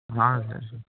ہاں سر